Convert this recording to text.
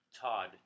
Todd